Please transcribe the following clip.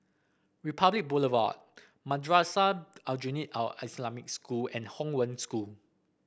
Republic Boulevard Madrasah Aljunied Al Islamic School and Hong Wen School